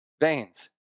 veins